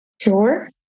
Sure